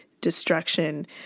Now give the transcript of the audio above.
destruction